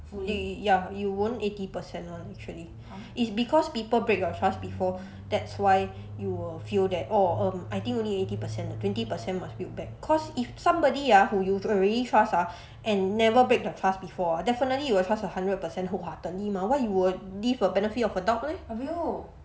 ya you won't eighty percent [one] actually it's because people break your trust before that's why you will feel that orh um I think only eighty percent twenty percent must build back cause if somebody ah who you already trust ah and never break her trust before definitely you will trust her hundred percent wholeheartedly mah why you would give the benefit of the doubt leh